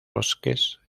bosques